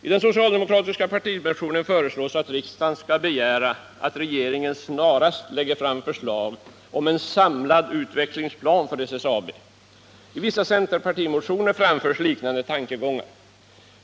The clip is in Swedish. I den socialdemokratiska partimotionen föreslås att riksdagen skall begära att regeringen snarast lägger fram förslag om en samlad utvecklingsplan för SSAB. I vissa centerpartimotioner framförs liknande tankegångar.